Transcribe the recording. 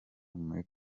muri